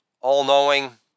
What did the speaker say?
all-knowing